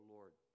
Lord